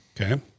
Okay